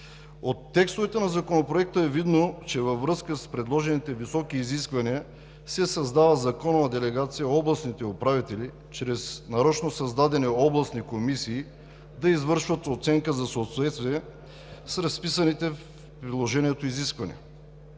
От текстовете на Законопроекта е видно, че във връзка с предложените високи изисквания се създава законова делегация областните управители, чрез нарочно създадени областни комисии, да извършват оценка за съответствие с разписаните в Приложението изисквания.